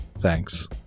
Thanks